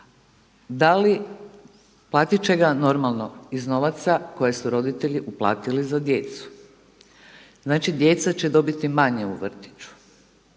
Da li, platit će ga normalno iz novaca koje su roditelji uplatili za djecu. Znači, djeca će dobiti manje u vrtiću.